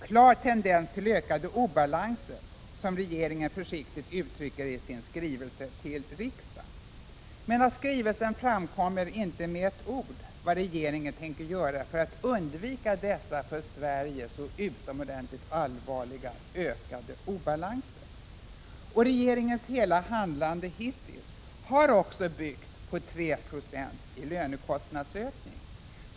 Klar tendens till ökade obalanser, som regeringen försiktigt uttrycker det i sin skrivelse till riksdagen. Men av skrivelsen framkommer inte med ett ord vad regeringen tänker göra för att undvika dessa för Sverige så utomordentligt allvarliga ”ökade obalanser”. Och regeringens hela handlande hittills har också byggt på 3 20 i lönekostnadsökning.